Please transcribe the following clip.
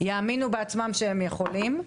ויאמינו בעצמם ושהם יכולים.